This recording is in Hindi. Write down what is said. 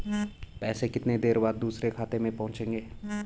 पैसे कितनी देर बाद दूसरे खाते में पहुंचेंगे?